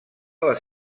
les